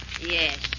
Yes